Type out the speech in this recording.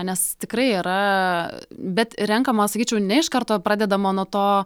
nes tikrai yra bet renkama sakyčiau ne iš karto pradedama nuo to